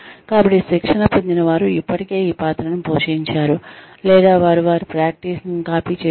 కాబట్టి శిక్షణ పొందినవారు ఇప్పటికే ఈ పాత్రను పోషించారు లేదా వారు వారి ప్రాక్టీసు నీ కాపీ చేశారు